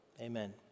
amen